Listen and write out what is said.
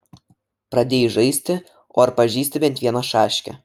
pradėjai žaisti o ar pažįsti bent vieną šaškę